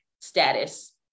status